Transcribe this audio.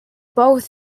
both